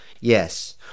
yes